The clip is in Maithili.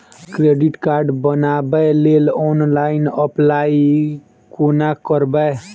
क्रेडिट कार्ड बनाबै लेल ऑनलाइन अप्लाई कोना करबै?